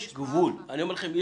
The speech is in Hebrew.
יש גבול.